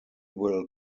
will